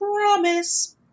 promise